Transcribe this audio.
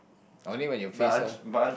only when your face a